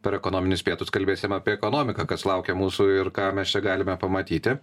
per ekonominius pietus kalbėsim apie ekonomiką kas laukia mūsų ir ką mes čia galime pamatyti